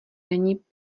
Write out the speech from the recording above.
není